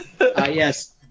Yes